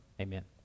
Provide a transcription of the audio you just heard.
Amen